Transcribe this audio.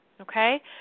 okay